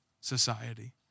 society